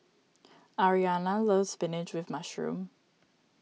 Aryana loves Spinach with Mushroom